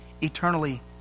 eternally